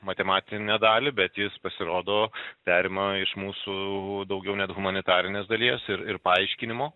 matematinę dalį bet jis pasirodo perima iš mūsų daugiau net humanitarinės dalies ir ir paaiškinimo